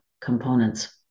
components